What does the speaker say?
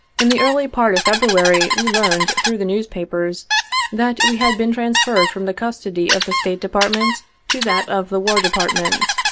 in the early part of february we learned through the newspapers that we had been transferred from the custody of the state department to that of the war department.